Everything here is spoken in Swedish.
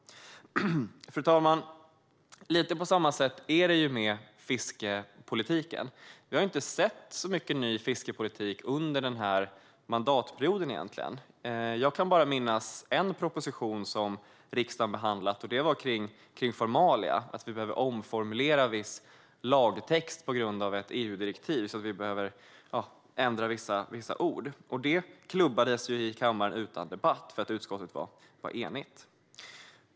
Fru talman! Lite på samma sätt är det med fiskepolitiken. Vi har inte sett så mycket ny fiskepolitik under denna mandatperiod. Jag kan bara minnas en proposition som riksdagen har behandlat. Den gällde formalia - att vi behöver omformulera viss lagtext och ändra vissa ord på grund av ett EU-direktiv. Det klubbades igenom i kammaren utan debatt eftersom utskottet var enigt.